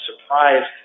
surprised